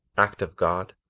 act of god,